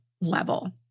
level